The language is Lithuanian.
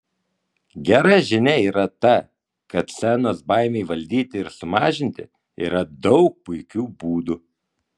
gera žinia yra ta kad scenos baimei valdyti ir sumažinti yra daug puikių būdų